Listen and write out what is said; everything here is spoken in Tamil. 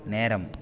நேரம்